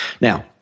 Now